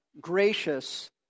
gracious